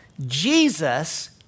Jesus